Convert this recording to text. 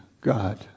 God